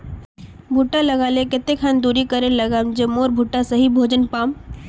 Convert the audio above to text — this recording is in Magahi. भुट्टा लगा ले कते खान दूरी करे लगाम ज मोर भुट्टा सही भोजन पाम?